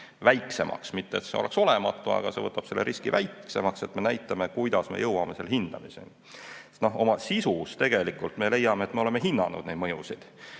väiksemaks, mitte et see oleks olematu, aga see võtab selle riski väiksemaks. Me näitame, kuidas me jõuame selle hindamiseni. Sest oma sisus tegelikult me leiame, et me oleme hinnanud neid mõjusid.